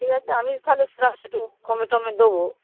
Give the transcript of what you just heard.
ঠিক আছে আমি তাহলে একটু কমে টমে দবো